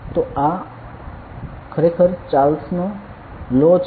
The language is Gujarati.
તો આ ખરેખર ચાર્લ્સ લો છે